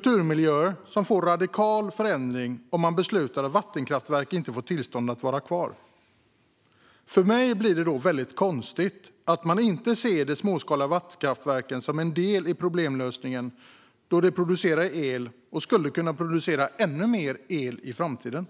kulturmiljöer får en radikal förändring om man beslutar att vattenkraftverken inte får tillstånd att vara kvar. För mig blir det väldigt konstigt att man inte ser de småskaliga vattenkraftverken som en del i problemlösningen, då de producerar el och skulle kunna producera ännu mer el i framtiden.